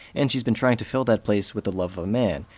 and she's been trying to fill that place with the love of a man.